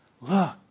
look